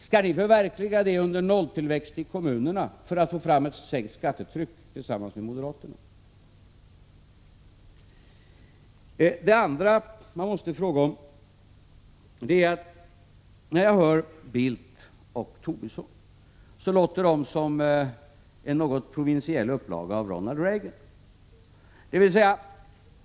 Skall ni förverkliga allt detta under nolltillväxt i kommunerna för att tillsammans med moderaterna åstadkomma ett sänkt skattetryck? Carl Bildt och Lars Tobisson låter som en något provinsiell upplaga av Ronald Reagan.